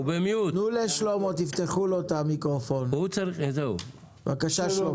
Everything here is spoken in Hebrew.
אף אחד מכם לא היה עם סלים או עם תינוק באוטובוס ושילם באפליקציה.